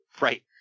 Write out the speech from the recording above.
Right